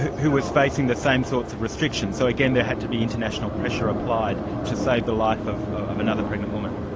who was facing the same sorts of restrictions. so again, they had to be international pressure applied to save the life of of another pregnant woman.